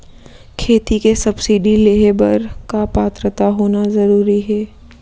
खेती के सब्सिडी लेहे बर का पात्रता होना जरूरी हे?